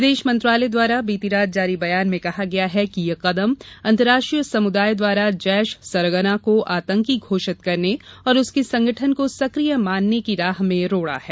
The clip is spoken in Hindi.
विदेश मंत्रालय द्वारा बीती रात जारी बयान में कहा गया है कि यह कदम अंतर्राष्ट्रीय समुदाय द्वारा जैश सरगना को आतंकी घोषित करने और उसके संगठन को सक्रिय मानने की राह में रोड़ा है